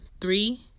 Three